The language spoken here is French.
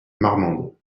marmande